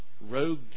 rogue